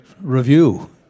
review